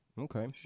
Okay